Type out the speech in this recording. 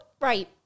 right